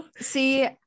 see